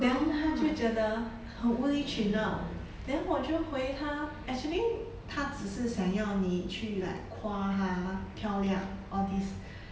then 他就觉得很无理取闹 then 我就回他 actually 她只是想要你去 like 夸她漂亮 all this